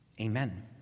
Amen